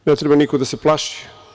Ne treba niko da se plaši.